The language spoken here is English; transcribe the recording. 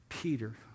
Peter